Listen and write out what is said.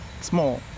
small